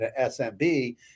SMB